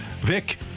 Vic